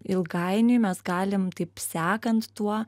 ilgainiui mes galim taip sekant tuo